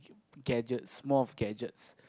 gadgets more of gadgets